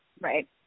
Right